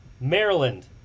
Maryland